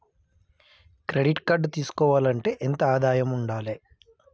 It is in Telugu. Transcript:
క్రెడిట్ కార్డు తీసుకోవాలంటే ఎంత ఆదాయం ఉండాలే?